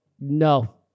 no